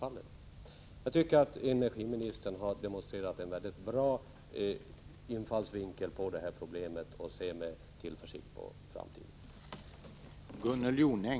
Här har en mycket bra infallsvinkel demonstrerats av energiministern, och jag ser med tillförsikt på framtiden.